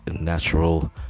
natural